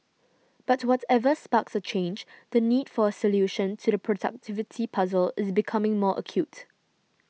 but whatever sparks a change the need for a solution to the productivity puzzle is becoming more acute